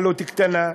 עלות קטנה.